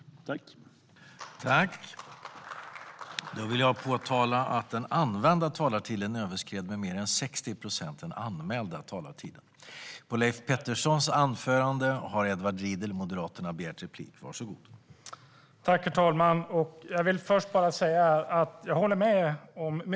I detta anförande instämde Johan Andersson, Rikard Larsson, Pia Nilsson, Jasenko Omanovic och Suzanne Svensson .